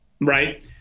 right